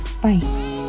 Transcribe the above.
bye